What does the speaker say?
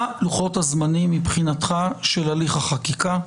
מה לוחות-הזמנים מבחינתך של הליך החקיקה?